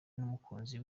n’umukunzi